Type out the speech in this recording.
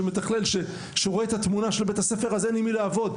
שמתכלל שרואה את התמונה של בית הספר אז אין עם מי לעבוד,